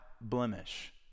blemish